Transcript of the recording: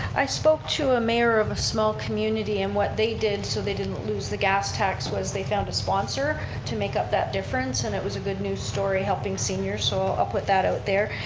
i spoke to a mayor of a small community and what they did so they didn't lose the gas tax was they found a sponsor to make up that difference and it was a good new story, helping seniors, so i'll put that out there,